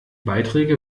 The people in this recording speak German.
beiträge